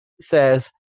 says